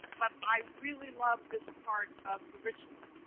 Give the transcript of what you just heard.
but i really love this part of the ritual.